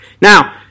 Now